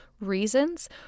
reasons